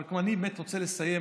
אבל אני רוצה לסיים,